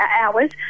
hours